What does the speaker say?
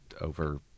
over